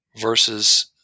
versus